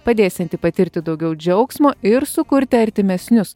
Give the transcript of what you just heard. padėsiantį patirti daugiau džiaugsmo ir sukurti artimesnius